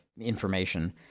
information